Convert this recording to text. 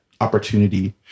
opportunity